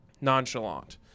nonchalant